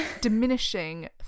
diminishing